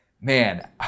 man